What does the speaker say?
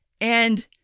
And-